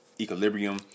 equilibrium